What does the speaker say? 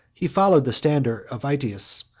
he followed the standard of aetius,